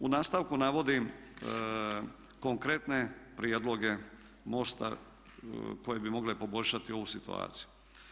U nastavku navodim konkretne prijedloge MOST-a koje bi mogle poboljšati ovu situaciju.